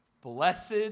Blessed